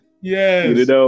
Yes